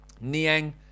niang